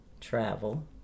travel